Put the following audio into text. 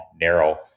narrow